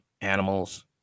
animals